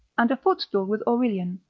and a footstool with aurelian,